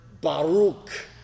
baruch